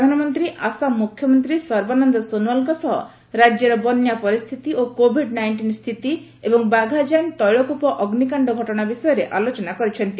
ପ୍ରଧାନମନ୍ତ୍ରୀ ଆସାମ ମୁଖ୍ୟମନ୍ତ୍ରୀ ସର୍ବାନନ୍ଦ ସୋନଓ୍ୱାଲଙ୍କ ସହ ରାଜ୍ୟର ବନ୍ୟା ପରିସ୍ଥିତି ଓ କୋଭିଡ୍ ନାଇଷ୍ଟିନ୍ ସ୍ଥିତି ଏବଂ ବାଘଯାନ୍ ତୈଳ କ୍ରପ ଅଗ୍ନିକାଣ୍ଡ ଘଟଣା ବିଷୟରେ ଆଲୋଚନା କରିଛନ୍ତି